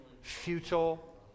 Futile